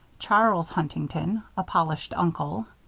charles huntington a polished uncle.